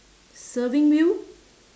serving wheel